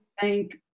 Thank